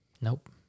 Nope